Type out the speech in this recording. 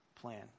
plan